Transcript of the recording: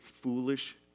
foolish